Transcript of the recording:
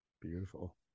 beautiful